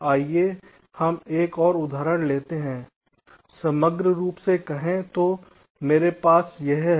आइए हम एक और उदाहरण लेते हैं समग्र रूप से कहें तो मेरे पास यह है